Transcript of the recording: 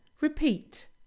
repeat